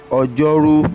ojoru